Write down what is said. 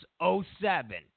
07